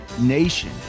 Nation